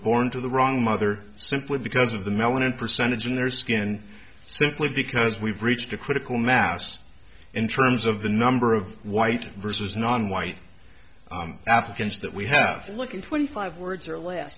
born to the wrong mother simply because of the melanin percentage in their skin simply because we've reached a critical mass in terms of the number of white versus nonwhite applicants that we have looking twenty five words or less